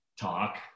talk